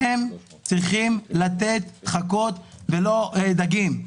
אתם צריכים לתת חכות ולא דגים.